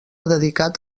dedicat